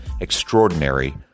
extraordinary